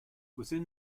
within